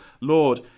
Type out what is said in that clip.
Lord